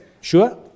Sure